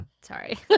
Sorry